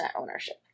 ownership